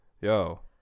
Yo